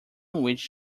which